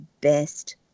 best